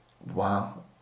Wow